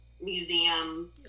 Museum